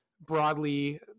broadly